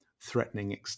threatening